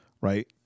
right